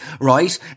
right